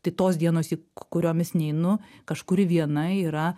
tai tos dienos į kuriomis neinu kažkuri viena yra